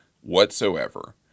whatsoever